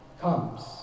comes